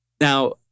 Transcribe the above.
Now